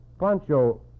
Pancho